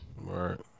Right